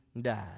died